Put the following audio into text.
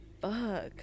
fuck